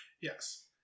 Yes